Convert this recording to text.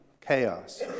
chaos